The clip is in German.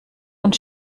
und